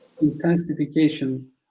intensification